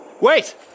Wait